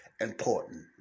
important